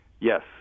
Yes